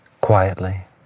quietly